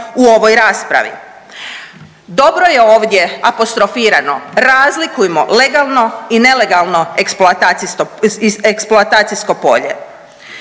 u ovoj raspravi. Dobro je ovdje apostrofirano, razlikujmo legalno i nelegalno eksploatacijsko polje.